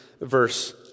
verse